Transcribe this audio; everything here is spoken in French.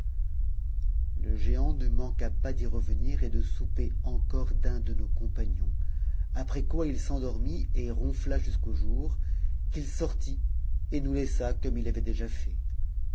le géant ne manqua pas d'y revenir et de souper encore d'un de nos compagnons après quoi il s'endormit et ronfla jusqu'au jour qu'il sortit et nous laissa comme il avait déjà fait